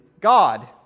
God